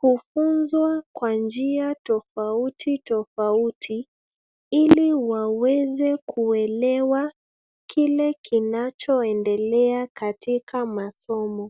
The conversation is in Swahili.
hufunzwa kwa njia tofauti tofauti ili waweze kuelewa kike kinachoendelea katika masomo.